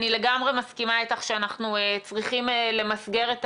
אני לגמרי מסכימה אתך שאנחנו צריכים למסגר את